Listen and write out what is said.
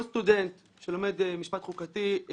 כל סטודנט שלומד משפט חוקתי,